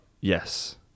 Yes